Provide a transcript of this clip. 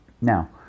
Now